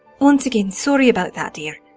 once again sorry about that dear,